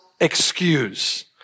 excuse